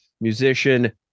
musician